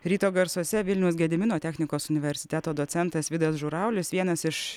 ryto garsuose vilniaus gedimino technikos universiteto docentas vidas žuraulis vienas iš